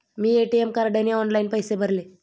मी ATM कार्डने online पैसे भरले